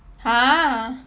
!huh!